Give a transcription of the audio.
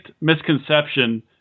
misconception